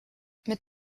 mit